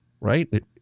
right